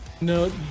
No